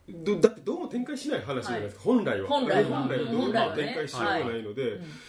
ど- だってどうも展開しない話じゃないですか。はい。本来は。本来は。本来はどうにも本来はね。展開しようがないので。はい、はい。うん。